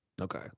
Okay